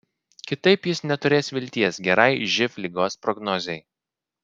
kitaip jis neturės vilties gerai živ ligos prognozei